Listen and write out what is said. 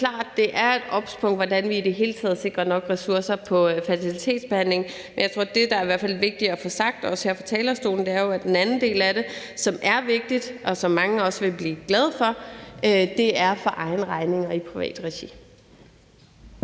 det er et obspunkt, hvordan vi i det hele taget sikrer nok ressourcer på fertilitetsbehandlingsområdet, men jeg tror, at det, der i hvert fald er vigtigt at få sagt, også her fra talerstolen, er, at den anden del af det, som er vigtigt, og som mange også vil blive glade for, er for egen regning og i privat regi.